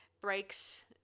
breaks